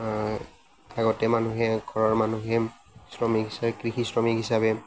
আগতে মানুহে ঘৰৰ মানুহে শ্ৰমিক হিচাপে কৃষি শ্ৰমিক হিচাপে